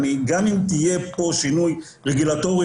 גם אם יהיה כאן שינוי רגולטורי,